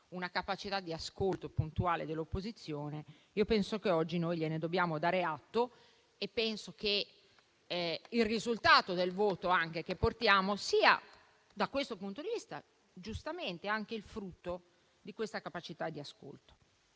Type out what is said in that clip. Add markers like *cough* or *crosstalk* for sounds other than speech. una capacità di ascolto puntuale dell'opposizione, penso che oggi gliene dobbiamo dare atto *applause* e penso che anche il risultato del voto che portiamo sia, da questo punto di vista, giustamente il frutto di tale capacità di ascolto.